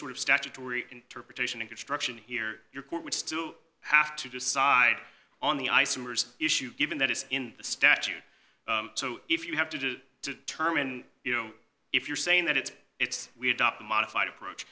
sort of statutory interpretation in construction here your court would still have to decide on the isomers issue given that it's in the statute so if you have to determine you know if you're saying that it's it's we adopt a modified approach